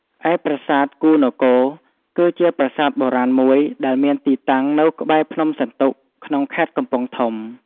ឯប្រាសាទគូហ៍នគរ គឺជាប្រាសាទបុរាណមួយដែលមានទីតាំងនៅក្បែរភ្នំសន្ទុក ក្នុងខេត្តកំពង់ធំ។